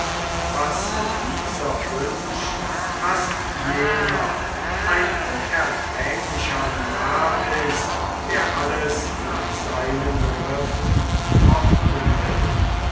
was dieser wünscht haßt jener ein unerträglicher narr ist wer alles nach seinen begriffen ordnen will